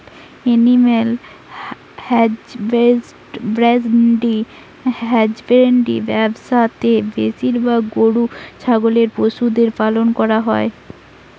animal husbandry ব্যবসা তে বেশিরভাগ গরু ছাগলের পশুদের পালন করা হই